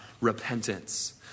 repentance